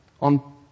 on